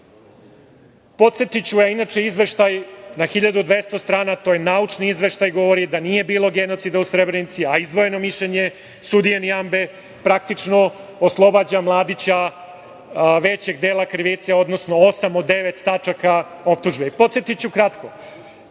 mišljenje. Podsetiću. Inače, izveštaj je na 1.200 strana, to je naučni izveštaj, govori da nije bilo genocida u Srebrenici, a izdvojeno mišljenje sudije Nijambe, praktično oslobađa Mladića većeg dela krivice, odnosno osam od devet tačaka optužbe. Podsetiću kratko.